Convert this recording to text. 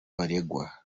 baregwa